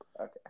Okay